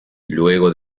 luego